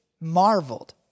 marveled